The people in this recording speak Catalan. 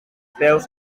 peus